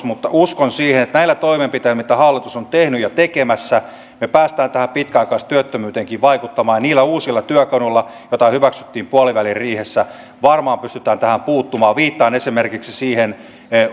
mutta uskon siihen että näillä toimenpiteillä mitä hallitus on tehnyt ja tekemässä me pääsemme tähän pitkäaikaistyöttömyyteenkin vaikuttamaan ja niillä uusilla työkaluilla joita hyväksyttiin puoliväliriihessä varmaan pystytään tähän puuttumaan viittaan esimerkiksi